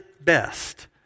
best